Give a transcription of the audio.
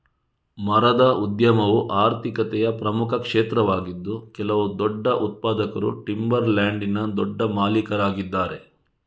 ಮರದ ಉದ್ಯಮವು ಆರ್ಥಿಕತೆಯ ಪ್ರಮುಖ ಕ್ಷೇತ್ರವಾಗಿದ್ದು ಕೆಲವು ದೊಡ್ಡ ಉತ್ಪಾದಕರು ಟಿಂಬರ್ ಲ್ಯಾಂಡಿನ ದೊಡ್ಡ ಮಾಲೀಕರಾಗಿದ್ದಾರೆ